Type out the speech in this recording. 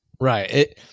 Right